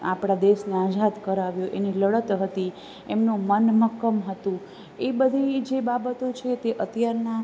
આપણા દેશને આઝાદ કરાવ્યો એની લડત હતી એમનું મન મક્કમ હતું એ બધી જે બાબતો છે તે અત્યારના